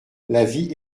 l’avis